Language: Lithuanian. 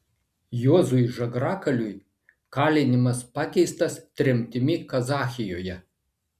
juozui žagrakaliui kalinimas pakeistas tremtimi kazachijoje